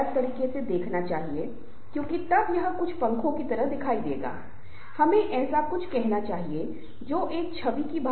अब तक की कार्यप्रणाली और अन्य चीजें काफी हद तक समान हैं लेकिन एक ही समय में टीम और समूह की कुछ विशिष्ट विशेषताएं हैं